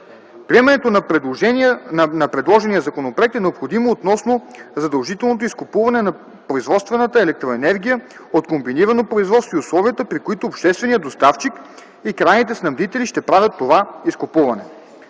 Приемането на предложения законопроект е необходимо относно задължителното изкупуване на произведената електроенергия от комбинирано производство и условията, при които общественият доставчик и крайните снабдители ще правят това изкупуване.